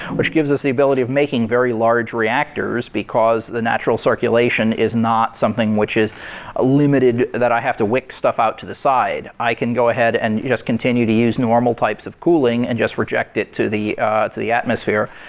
which gives us the ability of making very large reactors because the natural circulation is not something which is ah limited, that i have to wick stuff out to the side. i can go ahead and just continue to use normal types of cooling and just reject it to the the atmosphere,